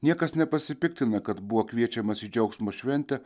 niekas nepasipiktina kad buvo kviečiamas į džiaugsmo šventę